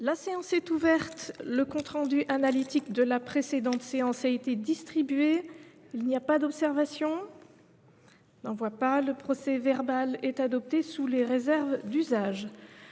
La séance est ouverte. Le compte rendu analytique de la précédente séance a été distribué. Il n’y a pas d’observation ?… Le procès verbal est adopté sous les réserves d’usage.